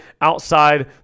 outside